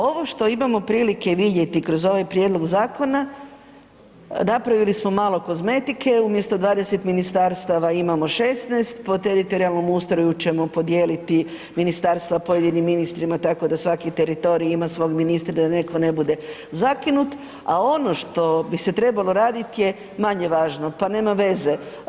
Ovo što imamo prilike vidjeti kroz ovaj prijedlog zakona, napravili smo malo kozmetike, umjesto 20 ministarstava imamo 16, po teritorijalnom ustroju ćemo podijeliti ministarstva pojedinim ministrima tako da svaki teritorij ima svog ministra da netko ne bude zakinut, a ono što bi se trebalo raditi je manje važno, pa nema veze.